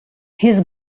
his